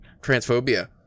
transphobia